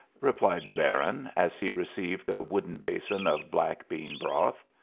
replied the baron, as he received a wooden basin of black-bean broth.